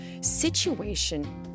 situation